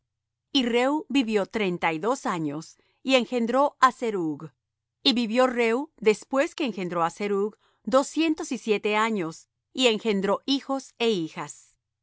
y reu vivió treinta y dos años y engendró á serug y vivió reu después que engendró á serug doscientos y siete años y engendró hijos é hijas